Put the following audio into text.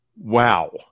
Wow